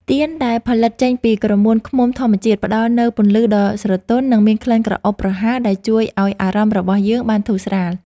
ទៀនដែលផលិតចេញពីក្រមួនឃ្មុំធម្មជាតិ ផ្ដល់នូវពន្លឺដ៏ស្រទន់ និង មានក្លិនក្រអូបប្រហើរដែលជួយឱ្យអារម្មណ៍របស់យើងបានធូរស្រាល។